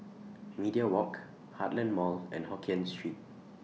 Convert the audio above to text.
Media Walk Heartland Mall and Hokkien Street